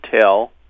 tell